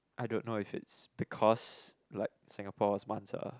I don't know if it's because like Singapore was once a